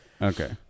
Okay